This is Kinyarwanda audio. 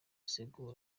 asigura